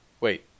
Wait